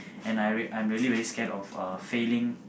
and I real I'm really really scared of uh failing